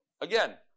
Again